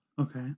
Okay